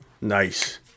Nice